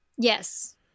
Yes